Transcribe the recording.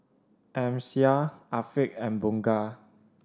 Amsyar Afiq and Bunga